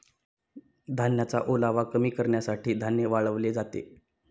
धान्याचा ओलावा कमी करण्यासाठी धान्य वाळवले जाते